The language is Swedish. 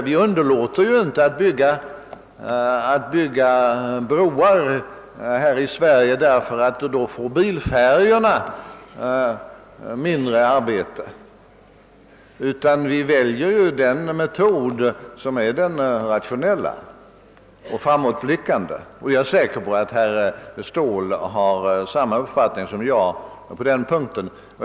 Vi underlåter inte att bygga broar i Sverige därför att bilfärjorna på grund av dessa får mindre arbete, utan vi väljer den metod som är den mest rationella och framåtblickande. Jag är säker på att herr Ståhl har samma uppfattning som jag på den punkten.